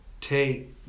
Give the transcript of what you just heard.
take